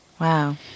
Wow